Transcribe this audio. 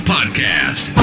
Podcast